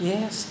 Yes